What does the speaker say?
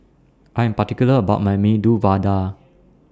I Am particular about My Medu Vada